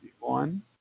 One